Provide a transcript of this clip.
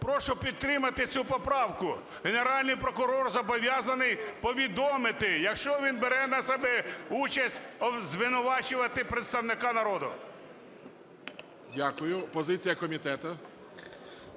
прошу підтримати цю поправку. Генеральний прокурор зобов'язаний повідомити, якщо він бере не себе участь звинувачувати представника народу. СТЕФАНЧУК Р.О. Дякую. Позиція комітету.